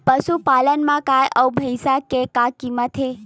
पशुपालन मा गाय अउ भंइसा के का कीमत हे?